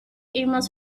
emails